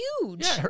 huge